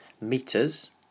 meters